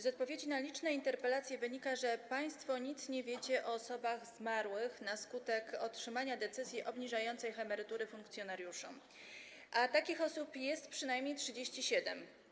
Z odpowiedzi na liczne interpelacje wynika, że państwo nic nie wiecie o osobach zmarłych na skutek otrzymania decyzji obniżających emerytury funkcjonariuszom, a takich osób jest przynajmniej 37.